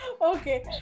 Okay